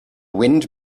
wind